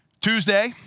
Tuesday